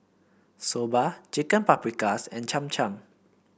Soba Chicken Paprikas and Cham Cham